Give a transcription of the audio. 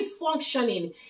functioning